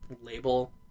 label